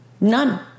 None